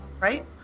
right